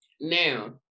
Now